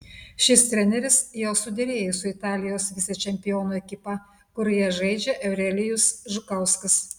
šis treneris jau suderėjo su italijos vicečempionų ekipa kurioje žaidžia eurelijus žukauskas